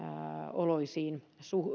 oloisiin